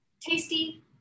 tasty